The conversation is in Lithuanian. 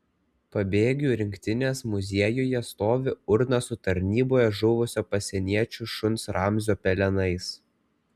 pabėgių rinktinės muziejuje stovi urna su tarnyboje žuvusio pasieniečių šuns ramzio pelenais